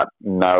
no